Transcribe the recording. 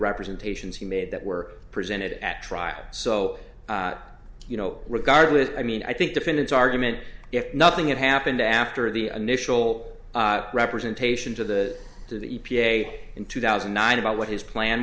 representations he made that were presented at trial so you know regardless i mean i think defendants argument if nothing had happened after the initial representation to the to the e p a in two thousand and nine about what his plan